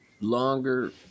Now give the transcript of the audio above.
longer